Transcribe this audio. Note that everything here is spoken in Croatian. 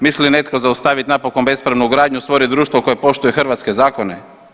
Misli li netko zaustaviti napokon bespravnu gradnju, stvoriti društvo koje poštuje hrvatske zakone?